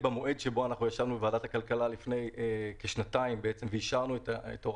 במועד שבו אישרו את הוראת השעה בוועדת הכלכלה משרד התחבורה